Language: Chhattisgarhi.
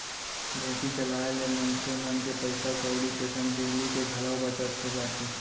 ढेंकी चलाए ले मनसे मन के पइसा कउड़ी के संग बिजली के घलौ बचत हो जाथे